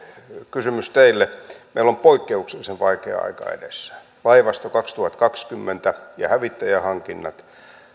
kysymys teille meillä on poikkeuksellisen vaikea aika edessä laivue kaksituhattakaksikymmentä ja hävittäjähankinnat